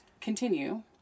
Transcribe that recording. continue